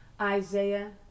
Isaiah